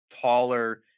taller